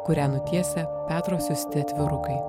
kurią nutiesia petro siųsti atvirukai